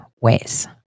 ways